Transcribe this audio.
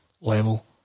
level